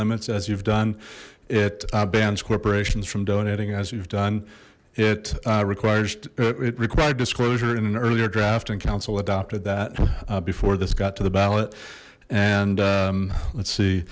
limits as you've done it bans corporations from donating as you've done it requires it required disclosure in an earlier draft and council adopted that before this got to the ballot and let's see